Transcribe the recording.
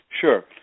Sure